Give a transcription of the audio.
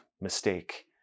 mistake